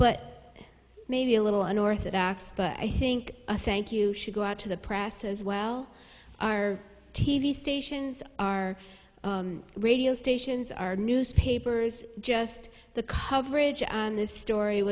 but maybe a little unorthodox but i think a thank you should go out to the press as well our t v stations our radio stations our newspapers just the coverage on this story